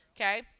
Okay